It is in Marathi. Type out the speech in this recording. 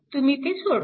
तुम्ही ते सोडवा